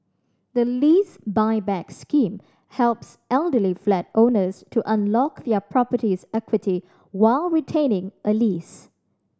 the Lease Buyback Scheme helps elderly flat owners to unlock their property's equity while retaining a lease